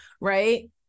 right